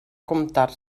comptar